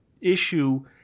issue